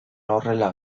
horrela